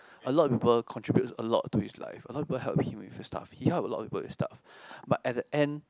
a lot of people contribute a lot to his life a lot of people help him with his stuff he help a lot of people with stuff but at the end